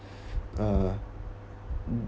uh